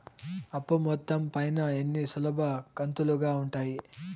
అప్పు మొత్తం పైన ఎన్ని సులభ కంతులుగా ఉంటాయి?